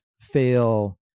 fail